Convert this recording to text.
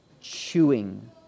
chewing